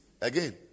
again